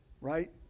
Right